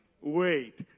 Wait